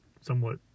somewhat